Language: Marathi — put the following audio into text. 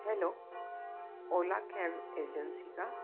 हॅलो ओला कॅब एजन्सी का